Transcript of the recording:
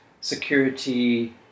security